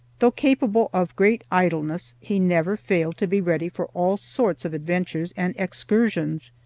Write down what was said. though capable of great idleness, he never failed to be ready for all sorts of adventures and excursions.